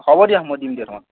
হ'ব দিয়া মই দিম দিয়া তোমাক